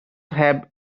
have